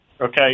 Okay